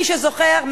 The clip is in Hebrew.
מי שזוכר,